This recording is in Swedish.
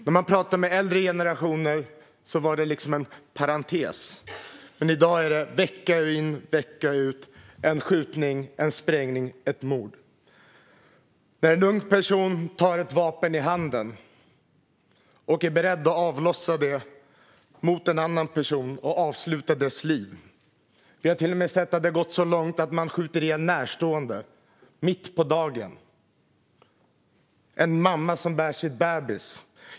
När man pratar med äldre generationer var detta en parentes, men i dag ser vi vecka ut och vecka in skjutningar, sprängningar och mord - när en ung person tar ett vapen i handen och är beredd att avlossa det mot en annan person för att avsluta dennes liv. Vi har sett att det till och med gått så långt att man skjuter ihjäl närstående, mitt på dagen - en mamma som bär sin bebis.